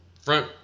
front